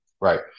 Right